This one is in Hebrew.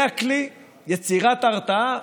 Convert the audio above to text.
זה הכלי, יצירת הרתעה?